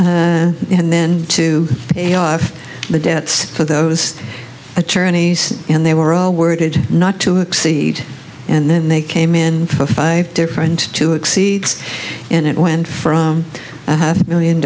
and then to pay off the debts for those attorneys and they were all worded not to exceed and then they came in five different two exceeds and it went from a half a billion